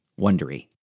wondery